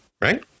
right